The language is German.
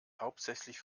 hauptsächlich